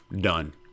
Done